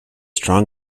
strong